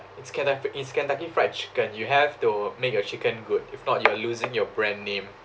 it's kentuck~ it's kentucky fried chicken you have to make your chicken good if not you are losing your brand name